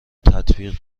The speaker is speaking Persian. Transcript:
تطبیق